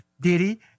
Diddy